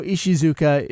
Ishizuka